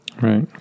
Right